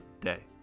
day